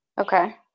Okay